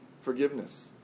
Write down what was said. forgiveness